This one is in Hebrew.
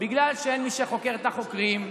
בגלל שאין מי שחוקר את החוקרים,